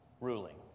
ruling